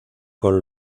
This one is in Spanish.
con